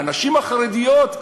הנשים החרדיות,